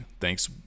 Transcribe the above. Thanks